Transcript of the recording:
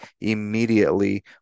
immediately